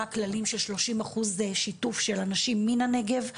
כללים של שלושים אחוז שיתוף של אנשים מן הנגב.